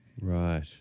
Right